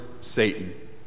Satan